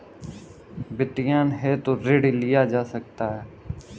वित्तीयन हेतु ऋण लिया जा सकता है